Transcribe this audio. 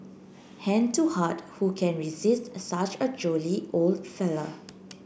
hand to heart who can resist such a jolly old fellow